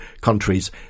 countries